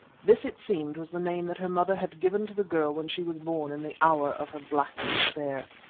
this, it seemed, was the name that her mother had given to the girl when she was born in the hour of her black despair.